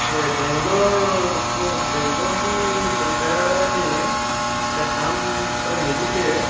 ରେ ବାଙ୍ଗଲୋର୍ରୁ ବାଙ୍ଗଲୋର୍ କି କେନ୍ତା ଆଡ଼େ ଆଜି ଏଇଟା କାମ୍ ପରେ ମିଳୁଛେ